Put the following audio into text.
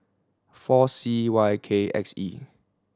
four C Y K X E